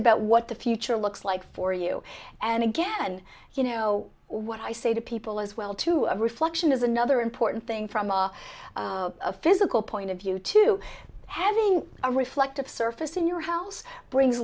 about what the future looks like for you and again you know what i say to people as well to a reflection is another important thing from a physical point of view to having a reflective surface in your house brings